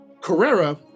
Carrera